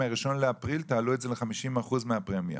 מה- 1.4.2023 תעלו את זה ל-50% מהפרמיה.